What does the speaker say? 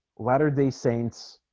latter-day saints